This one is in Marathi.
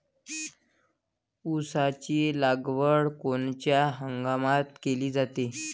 ऊसाची लागवड कोनच्या हंगामात केली जाते?